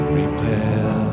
repair